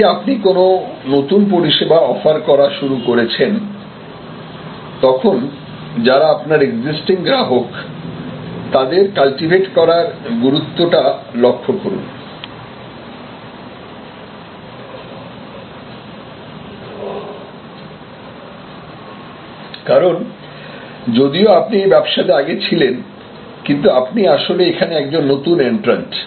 যখন আপনি কোন নতুন পরিষেবা অফার করা শুরু করছেন তখন যারা আপনার এক্সিসস্টিং গ্রাহক তাদের কালটিভেট করার গুরুত্ব টা লক্ষ করুনকারণ যদিও আপনি এই ব্যবসাতে আগে ছিলেন কিন্তু আপনি আসলে এখানে একজন নতুন এন্ত্রান্ট